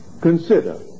consider